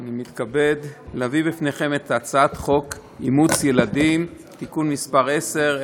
אני מתכבד להביא בפניכם את הצעת חוק אימוץ ילדים (תיקון מס' 10),